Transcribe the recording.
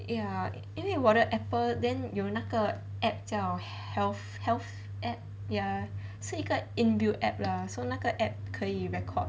ya 因为我的 apple then 有那个 app 叫 health health app ya 是一个 inbuilt app lah so 那个 app 可以 record 你的